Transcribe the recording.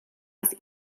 das